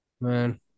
Man